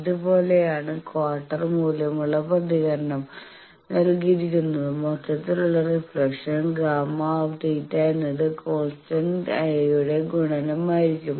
ഇത് പോലെയാണ് ക്വാർട്ടർ മൂല്യമുള്ള പ്രതികരണം നൽകിയിരിക്കുന്നത് മൊത്തത്തിലുള്ള റിഫ്ലക്ഷൻ Γ θ എന്നത് കോൺസ്റ്റന്റ് a യുടെ ഗുണനം ആയിരിക്കും